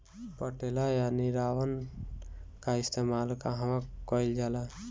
पटेला या निरावन का इस्तेमाल कहवा कइल जाला?